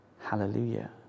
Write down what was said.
Hallelujah